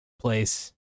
place